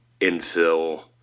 infill